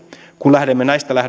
kun lähdemme näistä